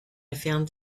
found